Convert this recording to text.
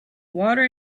water